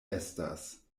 estas